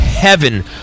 heaven